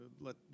let